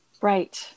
Right